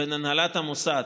בין הנהלת המוסד